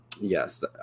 yes